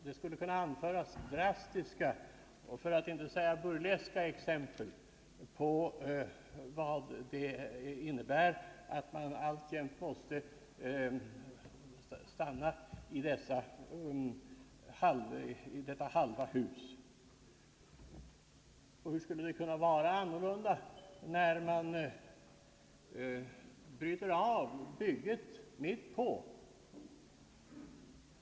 Det skulle kunna anföras drastiska, för att inte säga burleska exempel på vad det innebär att man alltjämt måste stanna i detta halva hus. Och hur skulle det kunna vara annorlunda, när man bryter av bygget mitt på?